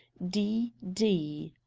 d. d.